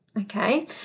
Okay